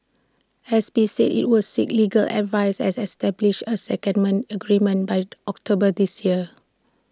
S P said IT would seek legal advice as establish A secondment agreement by October this year